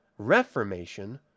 reformation